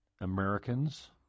Americans